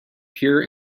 pure